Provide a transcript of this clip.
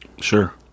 Sure